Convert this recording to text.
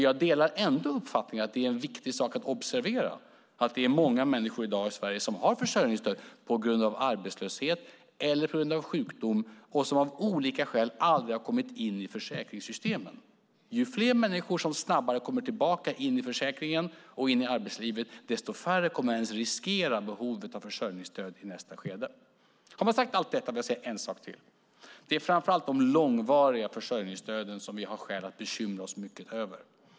Jag delar uppfattningen att det är en viktig sak att observera att många människor i Sverige i dag har försörjningsstöd på grund av arbetslöshet eller sjukdom, människor som av olika skäl aldrig har kommit in i försäkringssystemen. Ju fler människor som snabbt kommer tillbaka in i försäkringen och arbetslivet, desto färre kommer att ens riskera att behöva försörjningsstöd i nästa skede. När jag sagt allt detta vill jag säga en sak till. Det är framför allt de långvariga försörjningsstöden som vi har skäl att bekymra oss över.